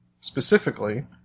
specifically